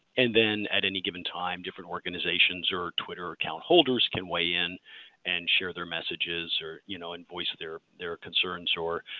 and then at any given time, different organizations or twitter account holders can weigh in and share their messages you know and voice their their concerns or